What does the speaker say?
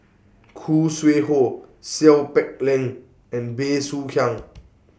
Khoo Sui Hoe Seow Peck Leng and Bey Soo Khiang